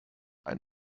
ein